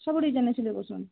ସବୁ ଡିଜାଇନ୍ରେ ସିଲେଇ କରୁଛନ୍ତି